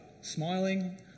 smiling